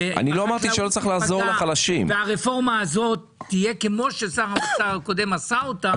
והחקלאות תיפגע אם הרפורמה הזאת תהיה כמו ששר האוצר הקודם עשה אותה.